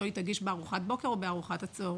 היא תגיש בארוחת הבוקר או בארוחת הצהריים,